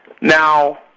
Now